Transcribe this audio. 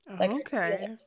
Okay